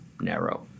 narrow